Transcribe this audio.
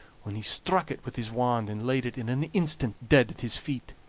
when he struck it with his wand, and laid it in an instant dead at his feet.